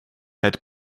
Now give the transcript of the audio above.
had